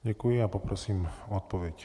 Děkuji a poprosím o odpověď.